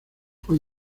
fue